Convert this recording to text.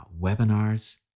webinars